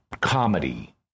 comedy